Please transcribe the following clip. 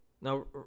Now